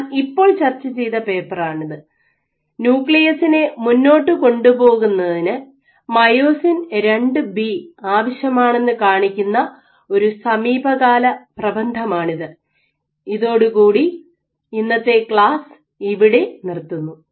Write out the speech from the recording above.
ഞാൻ ഇപ്പോൾ ചർച്ച ചെയ്ത പേപ്പറാണിത് ന്യൂക്ലിയസിനെ മുന്നോട്ടു കൊണ്ടുപോകുന്നതിന് മയോസിൻ II ബി ആവശ്യമാണെന്ന് കാണിക്കുന്ന ഒരു സമീപകാല പ്രബന്ധമാണിത് ഇതോടുകൂടി ഇന്നത്തെ ക്ലാസ് ഇവിടെ നിർത്തുന്നു